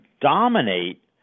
dominate